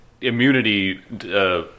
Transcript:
immunity